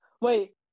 Wait